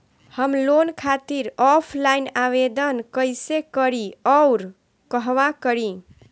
हम लोन खातिर ऑफलाइन आवेदन कइसे करि अउर कहवा करी?